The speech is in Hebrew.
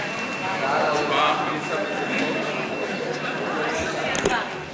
אדוני היושב-ראש, אני מבקש הודעה לפני כן.